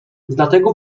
dlatego